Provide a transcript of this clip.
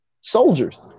soldiers